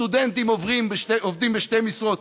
סטודנטים עובדים בשתי משרות.